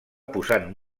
posant